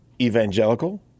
evangelical